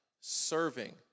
serving